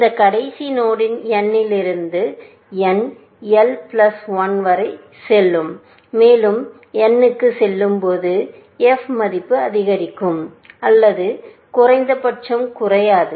இந்த கடைசி நோடின் n இலிருந்து n l பிளஸ் ஒன் வரை செல்லும்போது மேலும் n க்கு செல்லும்போது f மதிப்பு அதிகரிக்கும் அல்லது குறைந்தது பட்சம் குறையாது